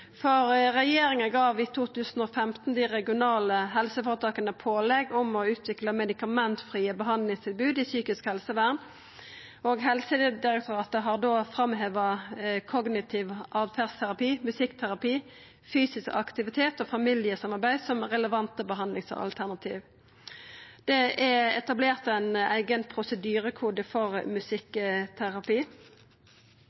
tydeleg. Regjeringa gav i 2015 dei regionale helseføretaka pålegg om å utvikla medikamentfrie behandlingstilbod i psykisk helsevern. Helsedirektoratet framheva da kognitiv åtferdsterapi, musikkterapi, fysisk aktivitet og familiesamarbeid som relevante behandlingsalternativ. Det er etablert ein eigen prosedyrekode for